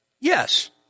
Yes